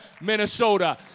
Minnesota